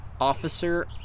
officer